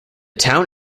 town